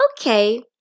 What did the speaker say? Okay